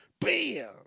Bam